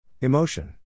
Emotion